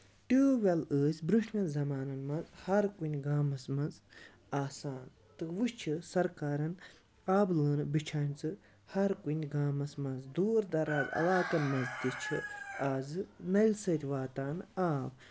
tube well ٲسۍ برونٹھ مٮ۪ن زَمانَن منٛز ہر کُنہِ گامَس منٛز آسان تہٕ وۄچھِ سرکارن آبہٕ لٲنہٕ بِچھایٚمَژٕ ہر کُنہِ گامَس منٛز دوٗر دَرازٕ علاقن منٛز تہِ چھُ آزٕ نَلۍ سۭتۍ واتان آب